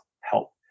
help